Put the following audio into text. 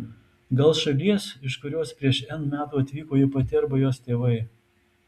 gal šalies iš kurios prieš n metų atvyko ji pati arba jos tėvai